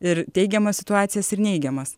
ir teigiamas situacijas ir neigiamas